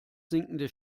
sinkende